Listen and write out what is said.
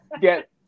get